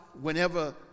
whenever